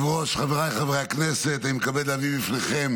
חבריי חברי הכנסת, אני מתכבד להביא בפניכם